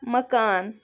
مکان